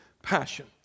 passion